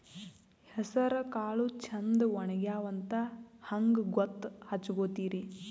ಹೆಸರಕಾಳು ಛಂದ ಒಣಗ್ಯಾವಂತ ಹಂಗ ಗೂತ್ತ ಹಚಗೊತಿರಿ?